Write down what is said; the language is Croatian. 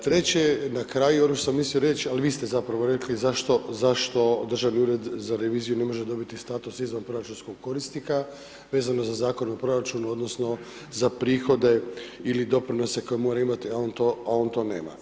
Treće je na kraju ono šta sam mislio reć ali vi ste zapravo rekli zašto Državni ured za reviziju ne može dobiti status izvanproračunskog korisnika vezano za Zakon o proračunu odnosno za prihode ili doprinose koje moraju imati a on to nema.